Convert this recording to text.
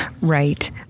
Right